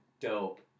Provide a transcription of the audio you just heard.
dope